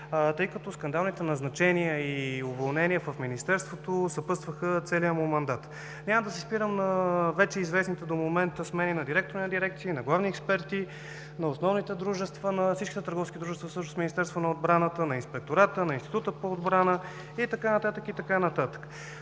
тъй като скандалните назначения и уволнения в Министерството съпътстваха целия му мандат. Няма да се спирам на вече известните до момента смени на директори на дирекции, на главни експерти, на основните дружества, на всичките търговски дружества всъщност в Министерството на отбраната, на Инспектората, на Института по отбрана и така нататък.